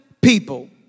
people